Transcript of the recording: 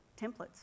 templates